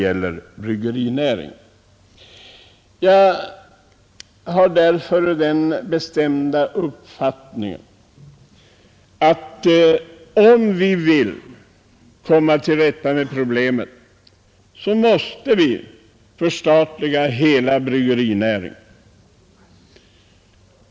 Därför har jag den bestämda uppfattningen att om vi vill komma till rätta med problemet, måste vi förstatliga hela bryggerinäringen.